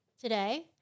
today